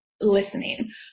listening